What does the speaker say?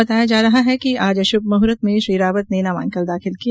बताया जा रहा है कि आज शुभ मुहर्त में श्री रावत ने नामांकन दाखिल किया